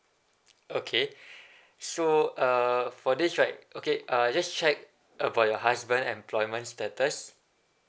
okay so uh for this right okay uh just check uh for your husband's employment status